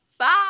Bye